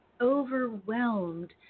overwhelmed